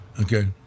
Okay